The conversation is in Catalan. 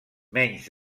menys